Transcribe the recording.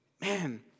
Man